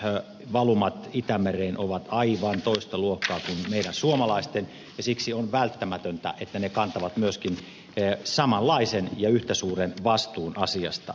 niiden päästövalumat itämereen ovat aivan toista luokkaa kuin meidän suomalaisten ja siksi on välttämätöntä että ne kantavat myöskin samanlaisen ja yhtä suuren vastuun asiasta